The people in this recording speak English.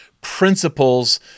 principles